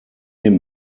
den